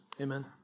Amen